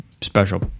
special